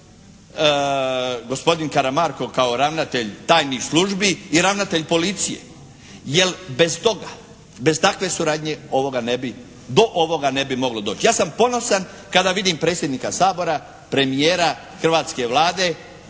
gospodin Karamarko kao ravnatelj tajnih službi i ravnatelj policije. Jer bez toga, bez takve suradnje ovoga ne bi, do ovoga ne bi moglo doći. Ja sam ponosan kada vidim predsjednika Sabora, premijera hrvatske Vlade